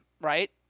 right